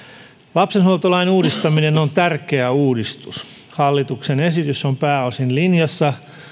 lapsenhuoltolain uudistaminen on tärkeä uudistus hallituksen esitys on pääosin linjassa